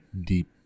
deep